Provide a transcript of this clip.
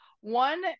one